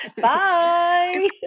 Bye